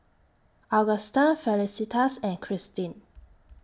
Augusta Felicitas and Christine